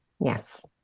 Yes